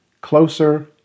closer